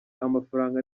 amafaranga